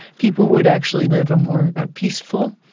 people would actually live a more ah peaceful,